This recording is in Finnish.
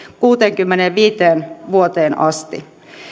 kuuteenkymmeneenviiteen vuoteen asti